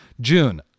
June